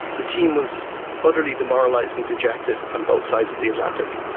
the team was utterly demoralized and dejected on both sides of the atlantic,